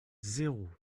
zéro